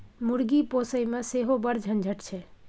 मुर्गी पोसयमे सेहो बड़ झंझट छै